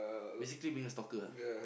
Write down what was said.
basically being a stalker ah